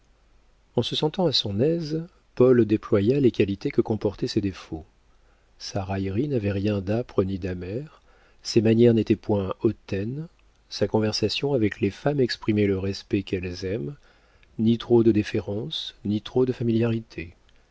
en se sentant à son aise paul déploya les qualités que comportaient ses défauts sa raillerie n'avait rien d'âpre ni d'amer ses manières n'étaient point hautaines sa conversation avec les femmes exprimait le respect qu'elles aiment ni trop de déférence ni trop de familiarité